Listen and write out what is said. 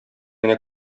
генә